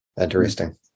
Interesting